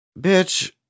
Bitch